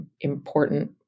important